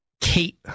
Kate